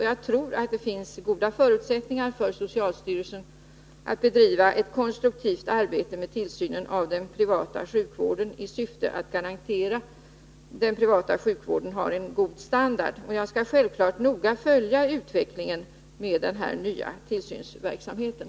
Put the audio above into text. Jag tror att det finns goda förutsättningar för socialstyrelsen att bedriva ett konstruktivt arbete med tillsynen av den privata sjukvården i syfte att garantera att den privata sjukvården har en god standard. Jag skall självfallet noga följa utvecklingen av den nya tillsynsverksamheten.